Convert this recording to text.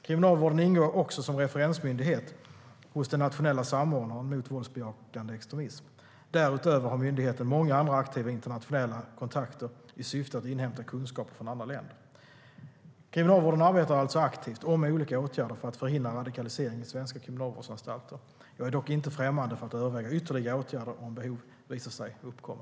Kriminalvården ingår också som referensmyndighet hos den nationella samordnaren mot våldsbejakande extremism. Därutöver har myndigheten många andra aktiva internationella kontakter i syfte att inhämta kunskaper från andra länder. Kriminalvården arbetar alltså aktivt och med olika åtgärder för att förhindra radikalisering i svenska kriminalvårdsanstalter. Jag är dock inte främmande för att överväga ytterligare åtgärder om behov visar sig uppkomma.